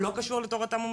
לא קשור לתורתם ואמונתם,